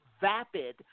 vapid